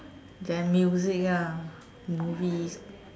then music ah movies